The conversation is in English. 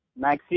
Maxi